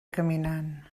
caminant